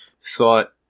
thought